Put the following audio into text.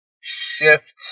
shift